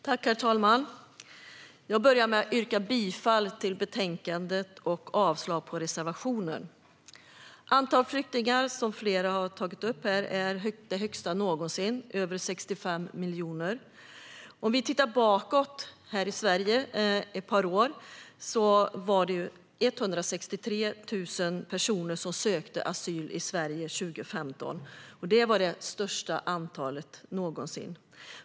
Herr talman! Jag yrkar bifall till utskottets förslag och avslag på reservationen. Precis som flera har tagit upp är antalet flyktingar i världen nu det högsta någonsin, över 65 miljoner. År 2015 sökte 163 000 personer asyl i Sverige, och det var det största antalet någonsin.